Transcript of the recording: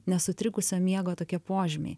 nesutrikusio miego tokie požymiai